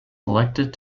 elected